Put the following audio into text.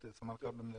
לישראל.